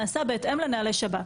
נעשה בהתאם לנהלי שב"כ,